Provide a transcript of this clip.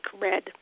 red